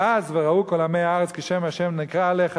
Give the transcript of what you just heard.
ואז: וראו כל עמי הארץ כי שם ה' נקרא עליך,